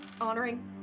honoring